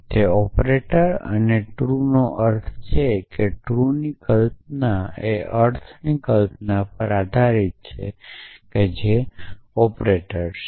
તે ઑપરેટર અને ટ્રૂનો અર્થ છે ટ્રૂની કલ્પના અર્થની કલ્પના પર આધારિત છે તે ઓપરેટર છે